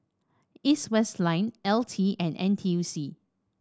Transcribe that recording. East West Land L T and N T U C